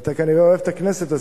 ואתה כנראה אוהב את הכנסת,